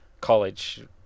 college